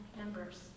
members